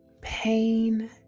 Pain